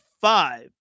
five